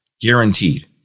guaranteed